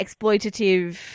exploitative